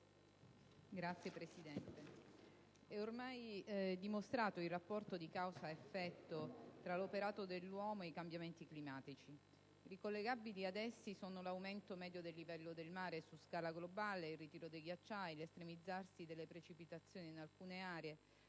senatori, è ormai dimostrato il rapporto di causa-effetto tra l'operato dell'uomo e i cambiamenti climatici. Ricollegabili ad esso sono: l'aumento medio del livello del mare su scale globale, il ritiro dei ghiacciai, l'estremizzarsi delle precipitazioni in alcune aree,